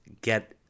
get